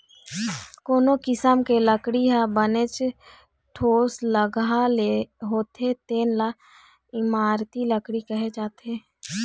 कोनो किसम के लकड़ी ह बनेच ठोसलगहा होथे तेन ल इमारती लकड़ी कहे जाथे